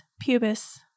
pubis